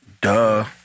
duh